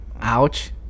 Ouch